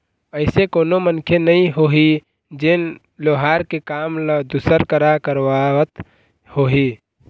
अइसे कोनो मनखे नइ होही जेन लोहार के काम ल दूसर करा करवात होही